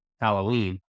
Halloween